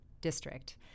district